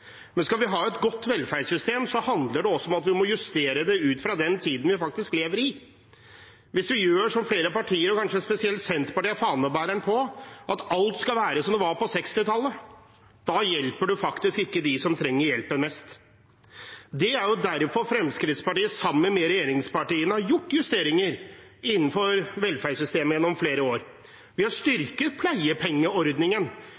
Men skal vi ha et godt velferdssystem, handler det også om at vi må justere det ut fra den tiden vi faktisk lever i. Hvis vi gjør slik som flere partier vil – og her er kanskje spesielt Senterpartiet fanebæreren – at alt skal være som det var på 1960-tallet, hjelper man faktisk ikke dem som trenger hjelpen mest. Det er derfor Fremskrittspartiet, sammen med regjeringspartiene, har gjort justeringer innenfor velferdssystemet gjennom flere år. Vi har